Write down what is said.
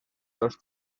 los